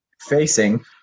facing